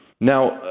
Now